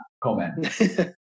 comment